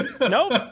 Nope